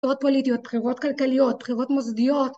‫בחירות פוליטיות, בחירות כלכליות, ‫בחירות מוסדיות.